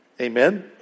Amen